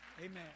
amen